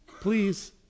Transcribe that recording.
Please